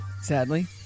Sadly